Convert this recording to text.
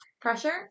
pressure